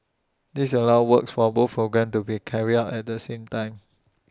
this allows works for both programmes to be carried out at the same time